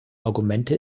argumente